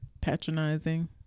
patronizing